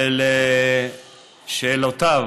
ולשאלותיו,